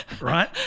Right